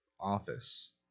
office